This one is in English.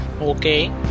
Okay